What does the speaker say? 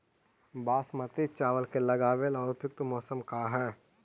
बासमती चावल के लगावे ला उपयुक्त मौसम का है?